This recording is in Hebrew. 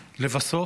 לבסוף מוצע,